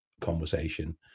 conversation